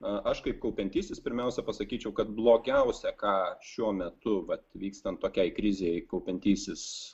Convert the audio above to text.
aš kaip kaupiantysis pirmiausia pasakyčiau kad blogiausia ką šiuo metu vat vykstant tokiai krizei kaupiantysis